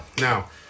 Now